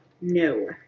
No